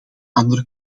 andere